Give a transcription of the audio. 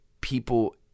people